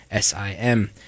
sim